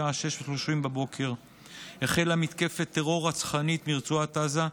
בשעה 06:30 החלה מתקפת טרור רצחנית ברצועת עזה,